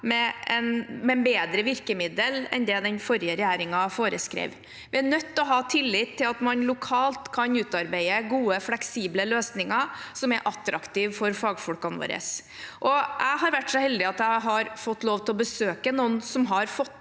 med bedre virkemidler enn det den forrige regjeringen foreskrev. Vi er nødt til å ha tillit til at man lokalt kan utarbeide gode, fleksible løsninger som er attraktive for fagfolkene våre. Jeg har vært så heldig at jeg har fått lov til å besøke noen som har fått